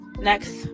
next